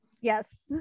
Yes